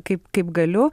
kaip kaip galiu